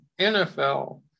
NFL